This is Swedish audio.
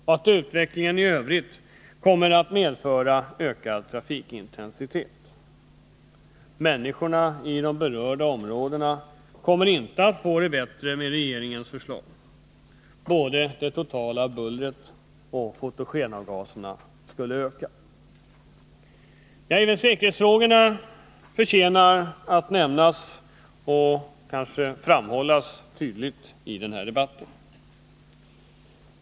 Även utvecklingen i övrigt kommer att medföra ökad trafikintensitet. Människorna i de berörda områdena kommer inte att få det bättre med regeringens förslag. Både det totala bullret och fotogenavgaserna skulle öka. 7 Även säkerhetsfrågorna förtjänar att framhållas tydligt i den här debatten.